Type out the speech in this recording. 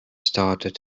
started